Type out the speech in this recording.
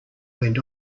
went